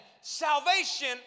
Salvation